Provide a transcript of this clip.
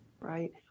Right